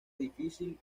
difícil